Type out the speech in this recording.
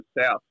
south